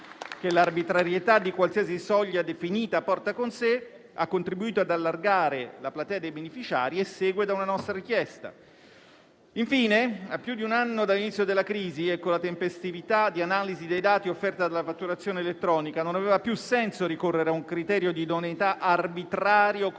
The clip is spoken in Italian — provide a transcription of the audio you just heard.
che l'arbitrarietà di qualsiasi soglia definita porta con sé, ha contribuito ad allargare la platea dei beneficiari e segue una nostra richiesta. Infine, a più di un anno dall'inizio della crisi e con la tempestività di analisi dei dati offerta dalla fatturazione elettronica, non aveva più senso ricorrere a un criterio di idoneità arbitrario come il